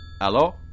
Hello